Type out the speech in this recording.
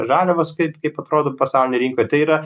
žaliavos kaip kaip atrodo pasaulinėje rinkoj tai yra